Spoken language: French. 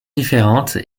différente